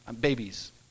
Babies